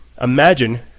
imagine